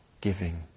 giving